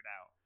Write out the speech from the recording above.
out